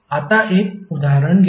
आता एक उदाहरण घेऊ